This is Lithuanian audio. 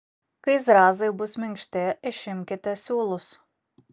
kai zrazai bus minkšti išimkite siūlus